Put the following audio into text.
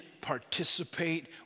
participate